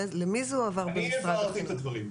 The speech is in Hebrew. למי זה הועבר במשרד החינוך?